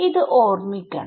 ഇത് ഓർമിക്കണം